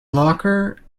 locker